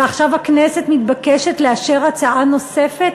ועכשיו הכנסת מתבקשת לאשר הצעה נוספת